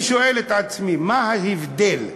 אני שואל את עצמי, מה ההבדל,